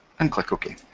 and click ok.